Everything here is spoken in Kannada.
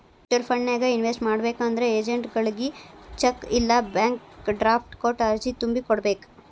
ಮ್ಯೂಚುಯಲ್ ಫಂಡನ್ಯಾಗ ಇನ್ವೆಸ್ಟ್ ಮಾಡ್ಬೇಕಂದ್ರ ಏಜೆಂಟ್ಗಳಗಿ ಚೆಕ್ ಇಲ್ಲಾ ಬ್ಯಾಂಕ್ ಡ್ರಾಫ್ಟ್ ಕೊಟ್ಟ ಅರ್ಜಿ ತುಂಬಿ ಕೋಡ್ಬೇಕ್